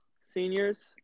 seniors